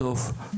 בסוף,